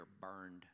burned